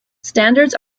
standards